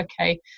Okay